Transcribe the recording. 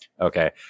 Okay